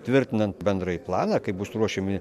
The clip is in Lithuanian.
tvirtinant bendrąjį planą kai bus ruošiami